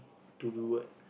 to do what